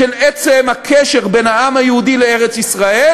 של עצם הקשר בין העם היהודי לארץ-ישראל